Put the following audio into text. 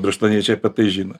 birštoniečiai apie tai žino